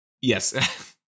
yes